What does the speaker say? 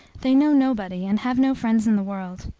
they know nobody, and have no friends in the world.